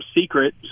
secret